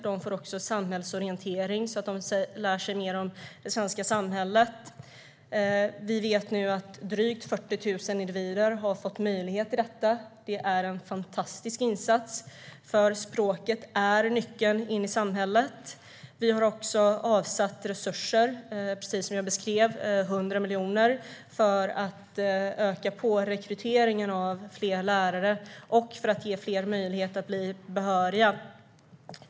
De får också samhällsorientering, så att de lär sig mer om det svenska samhället. Vi vet nu att drygt 40 000 individer har fått möjlighet till detta. Det är en fantastisk insats. Språket är nyckeln in i samhället. Vi har också avsatt resurser, precis som jag beskrev. Det är 100 miljoner för att öka rekryteringen av fler lärare och ge fler möjlighet att bli behöriga.